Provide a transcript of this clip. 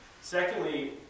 Secondly